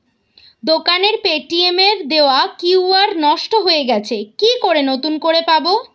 দোকানের পেটিএম এর দেওয়া কিউ.আর নষ্ট হয়ে গেছে কি করে নতুন করে পাবো?